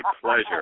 pleasure